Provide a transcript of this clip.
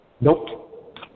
Nope